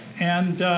and